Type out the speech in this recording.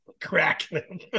cracking